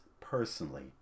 personally